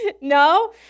No